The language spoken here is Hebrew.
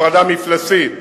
הפרדה מפלסית